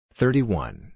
thirty-one